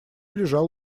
лежал